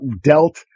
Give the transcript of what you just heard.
dealt